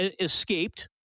escaped